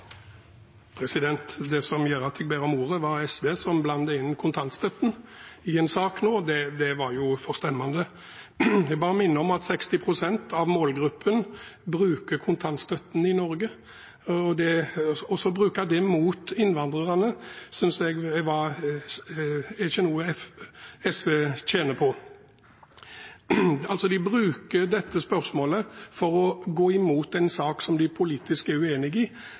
Det som gjør at jeg ber om ordet, var at SV blandet inn kontantstøtten i en sak nå, og det var forstemmende. Jeg vil bare minne om at 60 pst. av målgruppen bruker kontantstøtte i Norge, og å bruke det mot innvandrere er ikke noe SV tjener på. De bruker dette spørsmålet til å gå imot en sak de politisk er uenig i.